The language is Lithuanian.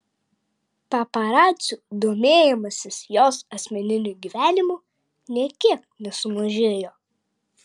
paparacių domėjimasis jos asmeniniu gyvenimu nė kiek nesumažėjo